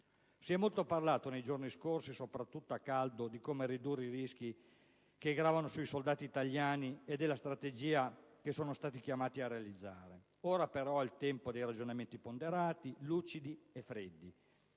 Si è molto parlato nei giorni scorsi, soprattutto a caldo, di come ridurre i rischi che gravano sui soldati italiani e della strategia che sono stati chiamati a realizzare. Ora, però, è il tempo dei ragionamenti ponderati, lucidi e freddi,